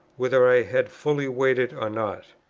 whether i had fully weighed it or not.